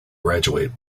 graduate